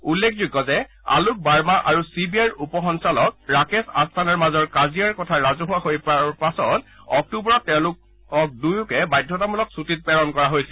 উল্লেখযোগ্য যে আলোক বাৰ্মা আৰু চি বি আইৰ উপ সঞ্চালক ৰাকেশ আস্থানাৰ মাজৰ কাজিয়াৰ কথা ৰাজহুৱা হৈ পৰাৰ পাছত অক্টোবৰত তেওঁলোক দুয়োকে বাধ্যতামূলক ছুটীত প্ৰেৰণ কৰা হৈছিল